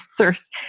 answers